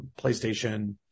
PlayStation